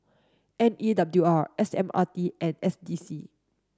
M E W R S M R T and S D C